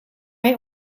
hij